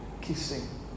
kissing